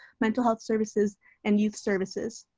mental health services and youth services.